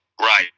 Right